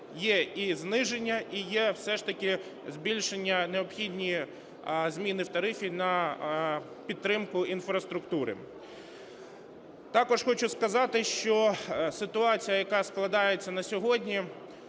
є і зниження, і є все ж таки збільшення, необхідні зміни в тарифі на підтримку інфраструктури. Також хочу сказати, що ситуація, яка складається на сьогодні,